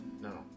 No